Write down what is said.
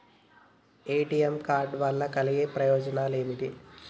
ATM card వల్ల కలిగే ప్రయోజనాలు ఏమిటి?